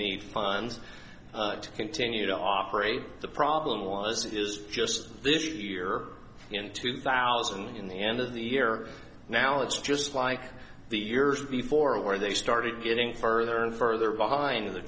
need funds to continue to operate the problem was it is just this year in two thousand in the end of the year now it's just like the years before where they started getting further and further behind the